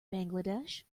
bangladesh